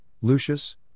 Lucius